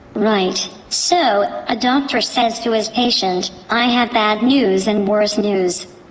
right, so, a doctor says to his patient, i have bad news and worse news.